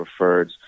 preferreds